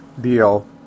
deal